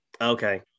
Okay